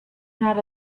not